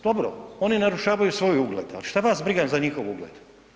Dobro, oni narušavaju svoj ugled, ali što vas briga za njihov ugled?